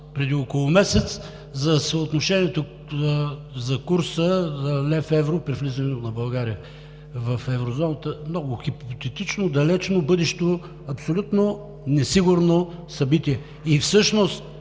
преди около месец, за съотношението на курса на лев – евро при влизането на България в Еврозоната – много хипотетично, далечно, бъдещо, абсолютно несигурно събитие. Всъщност